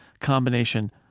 combination